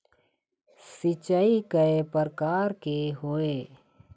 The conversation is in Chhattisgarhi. सिचाई कय प्रकार के होये?